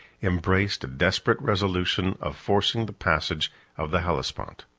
embraced a desperate resolution of forcing the passage of the hellespont.